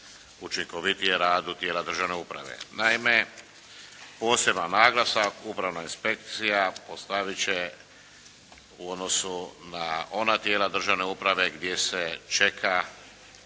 učinkovitijem radu tijela državne uprave. Naime poseban naglasak upravna inspekcija postavit će u odnosu na ona tijela državne uprave gdje se čeka